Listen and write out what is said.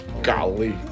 golly